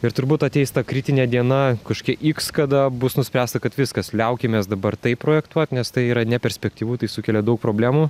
ir turbūt ateis ta kritinė diena kažkokia iks kada bus nuspręsta kad viskas liaukimės dabar taip projektuot nes tai yra neperspektyvu tai sukelia daug problemų